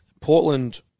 Portland